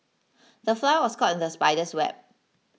the fly was caught in the spider's web